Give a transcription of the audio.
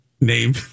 name